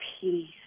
peace